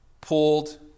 Pulled